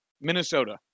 Minnesota